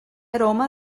aroma